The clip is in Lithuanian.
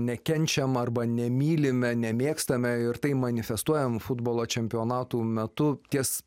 nekenčiame arba nemylime nemėgstame ir tai manifestuojame futbolo čempionatų metu ties